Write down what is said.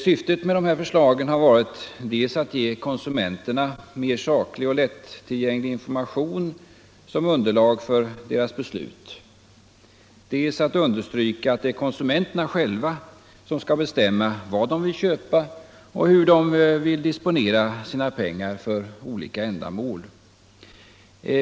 Syftet med dessa förslag har varit dels att ge konsumenterna mer saklig och lättillgänglig information som underlag för deras beslut, dels att understryka att det är konsumenterna själva som skall bestämma vad de vill köpa och hur de vill disponera sina pengar för olika ändamål.